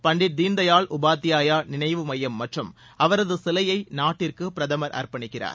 பண்டிட் தீன்தயாள் உபாத்யாயா நினைவு மையம் மற்றும் அவரது சிலையை நாட்டிற்கு பிரதமர் அர்ப்பணிக்கிறார்